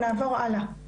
נעבור הלאה,